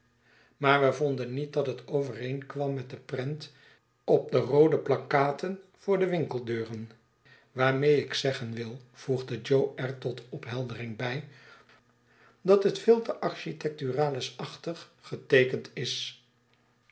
maar we vonden niet dat het overeenkwam met de prent op de roode plakkaten voor de winkeldeuren waarmee ik zeggen wil voegde jo er tot opheldering bij dat het veel te architectituralisachtig geteekend is